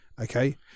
Okay